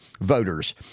voters